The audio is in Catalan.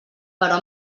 però